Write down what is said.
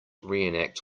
reenact